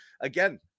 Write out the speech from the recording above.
again